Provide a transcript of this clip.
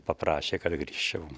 paprašė kad grįžčiau